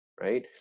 right